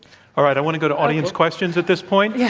all right. i want to go to audience questions at this point yeah